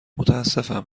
متاسفم